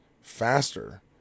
faster